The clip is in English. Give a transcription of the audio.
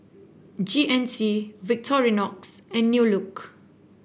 G N C Victorinox and New Look